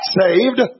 saved